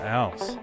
else